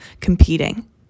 competing